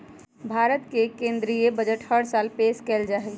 भारत के केन्द्रीय बजट हर साल पेश कइल जाहई